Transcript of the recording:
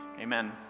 amen